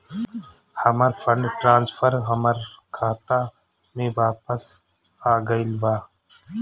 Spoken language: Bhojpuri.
हमर फंड ट्रांसफर हमर खाता में वापस आ गईल बा